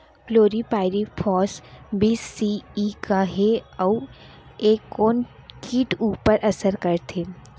Chlorpyrifos बीस CE का हे अऊ ए कोन किट ऊपर असर करथे?